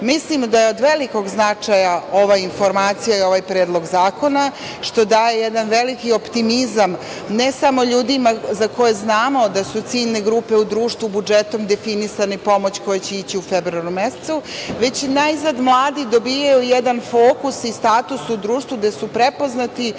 države. Mislim da je od velikog značaja ova informacija i ovaj predlog zakona, što daje jedan veliki optimizam ne samo ljudima za koje znamo da su ciljne grupe u društvu budžetom definisana i pomoć koja će ići u februaru mesecu, već i najzad mladi dobijaju jedan fokus i status u društvu, gde su prepoznati